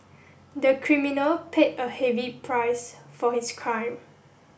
the criminal paid a heavy price for his crime